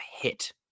hit